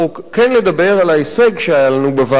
כן לדבר על ההישג שהיה לנו בוועדה,